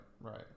Right